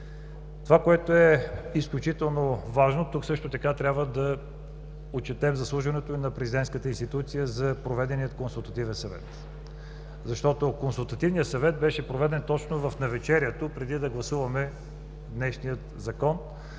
Това, което е изключително важно – тук също така трябва да отчетем заслуженото и на президентската институция за проведения Консултативен съвет. Консултативният съвет беше проведен точно в навечерието преди да гласуваме днешния Закон,